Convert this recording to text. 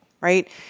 right